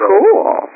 Cool